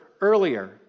earlier